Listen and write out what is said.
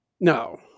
No